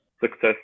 success